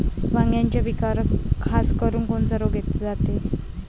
वांग्याच्या पिकावर खासकरुन कोनचा रोग जाते?